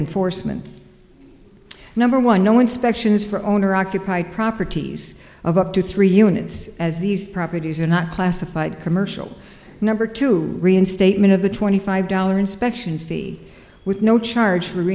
enforcement number one no inspection is for owner occupied properties of up to three units as these properties are not classified commercial number two reinstatement of the twenty five dollar inspection fee with no charge for